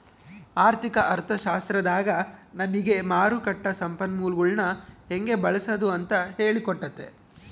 ಆರ್ಥಿಕ ಅರ್ಥಶಾಸ್ತ್ರದಾಗ ನಮಿಗೆ ಮಾರುಕಟ್ಟ ಸಂಪನ್ಮೂಲಗುಳ್ನ ಹೆಂಗೆ ಬಳ್ಸಾದು ಅಂತ ಹೇಳಿ ಕೊಟ್ತತೆ